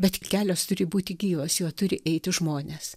bet kelias turi būti gyvas juo turi eiti žmonės